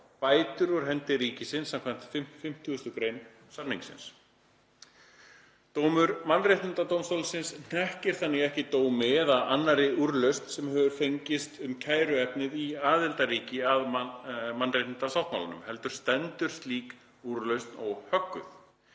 bætur úr hendi ríkisins skv. 50. gr. samningsins. Dómur mannréttindadómstólsins hnekkir þannig ekki dómi eða annarri úrlausn sem hefur fengist um kæruefnið í aðildarríki að mannréttindasáttmálanum, heldur stendur slík úrlausn óhögguð.